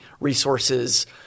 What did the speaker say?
resources